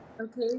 Okay